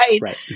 Right